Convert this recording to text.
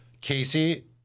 Casey